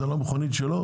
זו לא מכונית שלו?